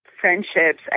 friendships